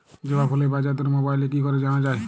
জবা ফুলের বাজার দর মোবাইলে কি করে জানা যায়?